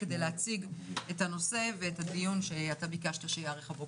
כדי להציג את הנושא ואת הדיון שאתה ביקשת שייערך הבוקר.